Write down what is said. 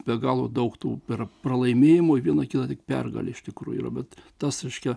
be galo daug tų per pralaimėjimų vienokiu tik pergalė iš tikrųjų yra bet tas reiškia